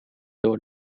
door